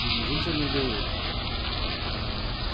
जुन चाहिँ मैले